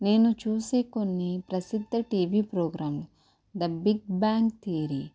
నేను చూసే కొన్ని ప్రసిద్ధ టీవీ ప్రోగ్రాంలు ద బిగ్ బ్యాంగ్ థియరి